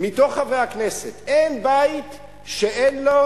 מתוך חברי הכנסת, אין בית שאין לו,